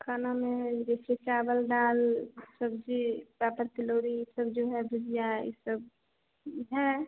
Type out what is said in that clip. खाना में जैसे चावल दाल सब्जी पापड़ फुलौरी ये सब जो है भुजिया ये सब है